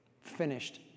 Finished